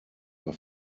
war